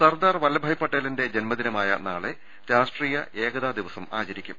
സർദാർ വല്ലഭായ് പട്ടേലിന്റെ ജന്മദിനമായ നാളെ രാഷ്ട്രീയ ഏകതാ ദിവസം ആചരിക്കും